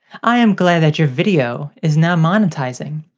i am glad that your video is now monetizing.